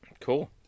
Cool